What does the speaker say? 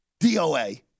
DOA